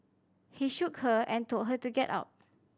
he shook her and told her to get up